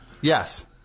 Yes